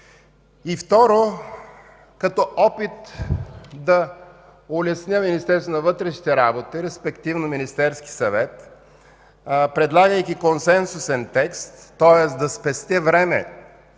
и второ, като опит да улесня Министерството на вътрешните работи, респективно Министерския съвет, предлагайки консенсусен текст, тоест да спестя време